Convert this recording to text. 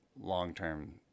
long-term